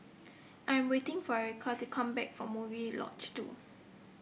I am waiting for Erica to come back from Murai Lodge Two